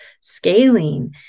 scaling